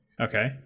Okay